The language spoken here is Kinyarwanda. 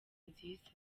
nziza